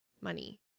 money